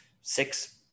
six